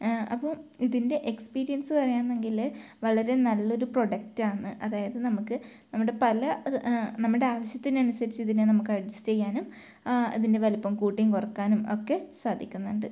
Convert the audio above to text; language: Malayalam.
അപ്പോൾ ഇതിൻ്റെ എക്സ്പീരിയൻസ് പറയുകയാന്നെങ്കിൽ വളരെ നല്ല ഒരു പ്രോഡക്റ്റ് ആണ് അതായത് നമുക്ക് നമ്മുടെ പല നമ്മുടെ ആവശ്യത്തിനനുസരിച്ച് ഇതിനെ നമുക്ക് അഡ്ജസ്റ്റ് ചെയ്യാനും ഇതിൻ്റെ വലുപ്പം കൂട്ടിയും കുറയ്ക്കാനും ഒക്കെ സാധിക്കുന്നുണ്ട്